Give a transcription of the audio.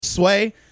Sway